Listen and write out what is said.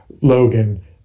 Logan